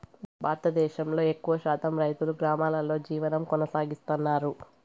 భారతదేశంలో ఎక్కువ శాతం రైతులు గ్రామాలలో జీవనం కొనసాగిస్తన్నారు